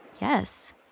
Yes